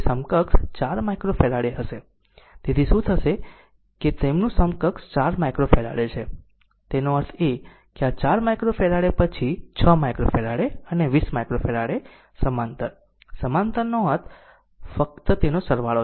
તેથી સમકક્ષ 4 માઈક્રોફેરાડે હશે તેથી શું થશે કે તેમનું સમકક્ષ 4 માઈક્રોફેરાડે છે એનો અર્થ એ કે આ 4 માઈક્રોફેરાડે પછી 6 માઈક્રોફેરાડે અને 20 માઈક્રોફેરાડે સમાંતર સમાંતરનો અર્થ ફક્ત તેનો સરવાળો છે